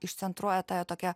išcentruoja tą jo tokią